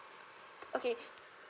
okay